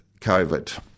COVID